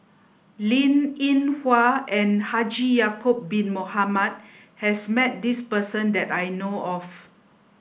Linn In Hua and Haji Ya'acob bin Mohamed has met this person that I know of